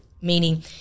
meaning